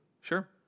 Sure